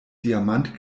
diamant